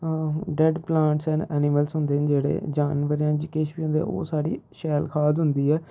dead plants and animals होंदे न जां जेह्ड़े जानवर किश बी होंदे जेह्ड़े ओह् साढ़ी शैल खाद होंदी ऐ